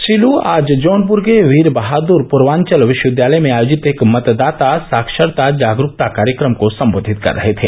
श्री लू आज जौनप्र के वीर बहादुर पूर्वांचल विष्वविद्यालय में आयोजित एक मतदाता साक्षरता जागरूकता कार्यक्रम को सम्बोधित कर रहे थे